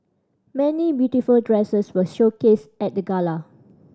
many beautiful dresses were showcased at the gala